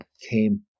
came